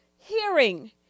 hearing